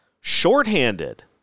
shorthanded